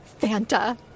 Fanta